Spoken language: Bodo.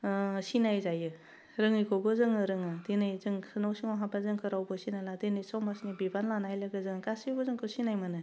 सिनायजायो रोङैखौबो जोङो रोङो दिनै जोंखौ न' सिङाव हाबबा जोंखौ रावबो सिनायला दिनै समाजनि बिबान लानाय लोगो जों गासैबो जोंखौ सिनाय मोनो